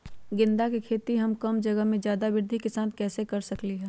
गेंदा के खेती हम कम जगह में ज्यादा वृद्धि के साथ कैसे कर सकली ह?